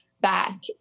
back